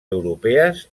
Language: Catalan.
europees